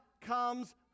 comes